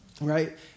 right